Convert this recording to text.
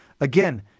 Again